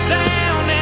down